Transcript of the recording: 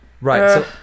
Right